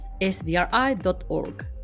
svri.org